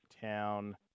town